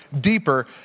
deeper